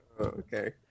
Okay